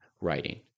writing